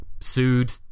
sued